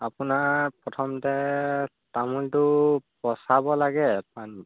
আপোনাৰ প্ৰথমতে তামোলটো পচাব লাগে পান